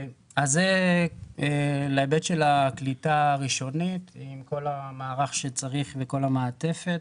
זה להיבט של הקליטה הראשונית עם כל המערך שצריך וכל המעטפת.